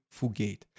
Fugate